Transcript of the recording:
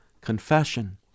confession